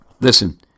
Listen